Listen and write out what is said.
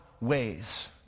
ways